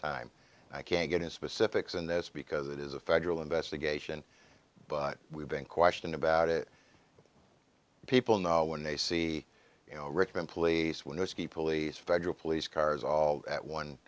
time i can't get into specifics on this because it is a federal investigation but we've been questioned about it people know when they see you know richmond police when whiskey police federal police cars all at one